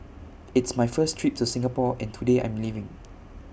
it's my first trip to Singapore and today I'm leaving